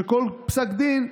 שכל פסק דין,